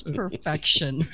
perfection